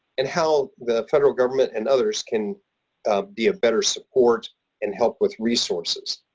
and how the federal government and others can be a better support and help with resources.